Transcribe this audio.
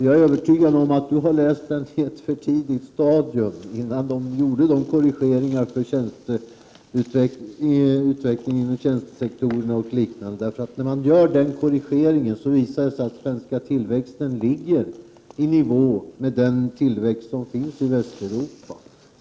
Jag är övertygad om att Per Westerberg har läst den i ett för tidigt stadium, innan man gjorde korrigeringen beträffande utvecklingen inom tjänstesektorerna och liknande, för när den är gjord visar det sig att den svenska tillväxten ligger i nivå med den tillväxt som finns i Västeuropa.